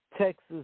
Texas